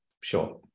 sure